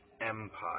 Empire